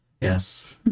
Yes